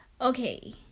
Okay